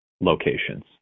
locations